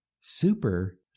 Super